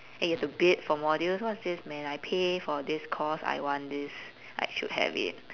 and you have to bid for modules what's this man I pay for this course I want this I should have it